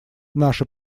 наши